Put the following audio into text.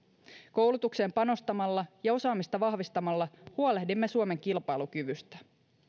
koulutukseen panostamalla ja osaamista vahvistamalla huolehdimme suomen kilpailukyvystä